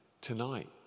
tonight